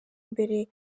mbere